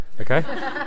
Okay